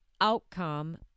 outcome